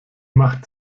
macht